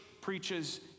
preaches